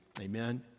Amen